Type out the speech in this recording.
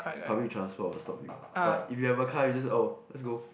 public transport will stop you but if you have a car you just oh let's go